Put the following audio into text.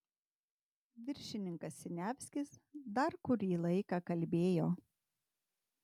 viršininkas siniavskis dar kurį laiką kalbėjo